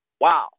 Wow